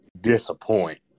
disappoint